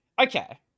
Okay